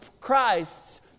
Christ's